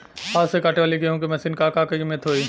हाथ से कांटेवाली गेहूँ के मशीन क का कीमत होई?